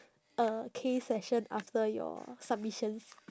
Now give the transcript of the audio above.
uh K session after your submissions